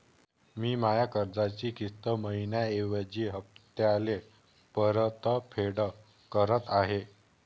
मी माया कर्जाची किस्त मइन्याऐवजी हप्त्याले परतफेड करत आहे